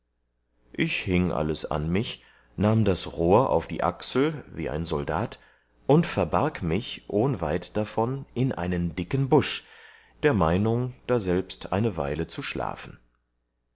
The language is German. ich hieng alles an mich nahm das rohr auf die achsel wie ein soldat und verbarg mich ohn weit davon in einen dicken busch der meinung daselbst eine weile zu schlafen